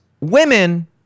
women